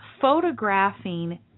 photographing